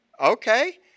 Okay